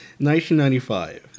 1995